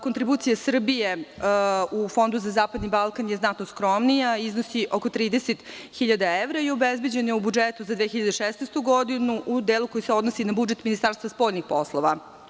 Kontribucija Srbije u Fondu za zapadni Balkan je znatno skromnija i iznosi oko 30.000 evra i obezbeđena je u budžetu za 2016. godinu u delu koji se odnosi na budžet Ministarstva spoljnih poslova.